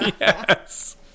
Yes